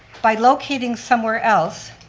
by locating somewhere else,